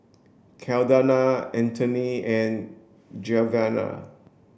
Caldonia Antony and Genevra